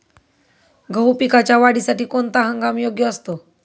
गहू पिकाच्या वाढीसाठी कोणता हंगाम योग्य असतो?